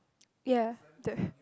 ya the